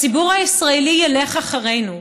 הציבור הישראלי ילך אחרינו.